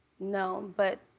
no, but